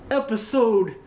episode